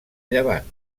llevant